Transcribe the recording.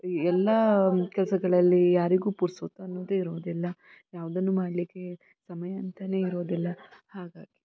ಎಲ್ಲ ಕೆಲಸಗಳಲ್ಲಿ ಯಾರಿಗೂ ಪುರ್ಸೊತ್ತು ಅನ್ನೋದೇ ಇರುವುದಿಲ್ಲ ಯಾವುದನ್ನೂ ಮಾಡಲಿಕ್ಕೆ ಸಮಯ ಅಂತಾನೇ ಇರೋದಿಲ್ಲ ಹಾಗಾಗಿ